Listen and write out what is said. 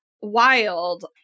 wild